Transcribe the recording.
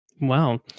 Wow